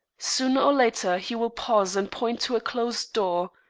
sooner or later he will pause and point to a closed door.